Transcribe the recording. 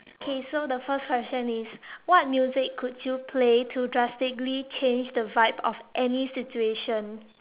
okay so the first question is what music could you play to drastically change the vibe of any situation